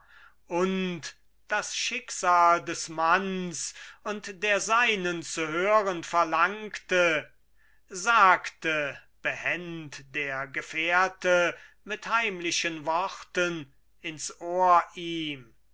und das schicksal des manns und der seinen zu hören verlangte sagte behend der gefährte mit heimlichen worten ins ohr ihm